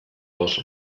oso